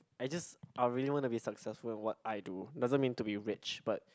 I just I really want to be successful in what I do doesn't mean to be rich but